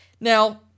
Now